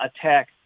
attack